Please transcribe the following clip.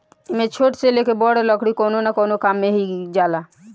एमे छोट से लेके बड़ लकड़ी कवनो न कवनो काम मे ही जाला